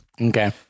Okay